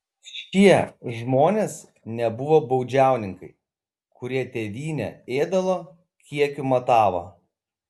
šie žmonės nebuvo baudžiauninkai kurie tėvynę ėdalo kiekiu matavo